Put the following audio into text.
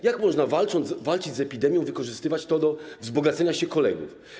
Jak można walczyć z epidemią, wykorzystywać to do wzbogacenia się kolegów?